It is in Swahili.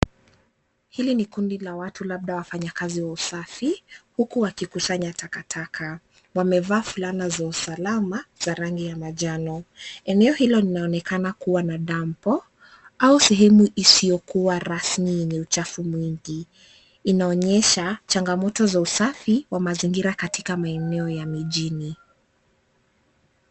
Hili ni kundi la watu labda wafanyikazi wa usafi huku wakikusanya takataka. Wamevaa fulana za usalama za rangi ya manjano. Eneo hilo linaonekana kuwa na damp au sehemu isiyokuwa rasmi yenye uchafu mwingi. Inaonyesha changamoto za usafi wa mazingira katika maeneo la mijini.